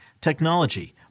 technology